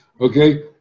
Okay